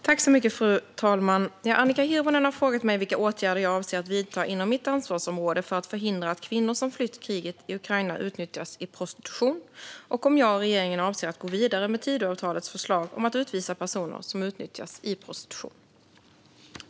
Fru talman! Annika Hirvonen har frågat mig vilka åtgärder jag avser att vidta inom mitt ansvarsområde för att förhindra att kvinnor som flytt kriget i Ukraina utnyttjas i prostitution och om jag och regeringen avser att gå vidare med Tidöavtalets förslag om att utvisa personer som utnyttjas i prostitution.